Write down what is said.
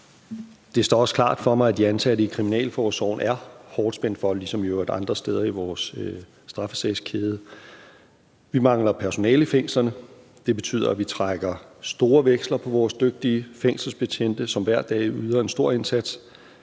Det står også klart for mig, at de ansatte i kriminalforsorgen er hårdt spændt for, ligesom man i øvrigt er andre steder i vores straffesagskæde. Vi mangler personale i fængslerne, og det betyder, at vi trækker store veksler på vores dygtige fængselsbetjente, som hver dag yder en stor indsats.